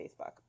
Facebook